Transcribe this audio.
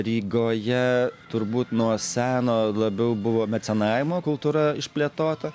rygoje turbūt nuo seno labiau buvo mecenavimo kultūra išplėtota